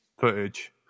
footage